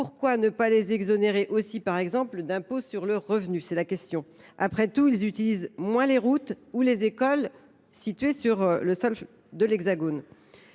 Pourquoi ne pas les exonérer aussi, par exemple, d’impôt sur le revenu ? Après tout, ils utilisent moins les routes ou les écoles situées dans l’Hexagone…